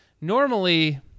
normally